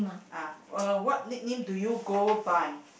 ah uh what nickname do you go by